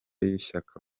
y’ishyaka